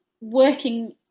working